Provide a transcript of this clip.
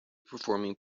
performing